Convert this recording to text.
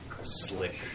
Slick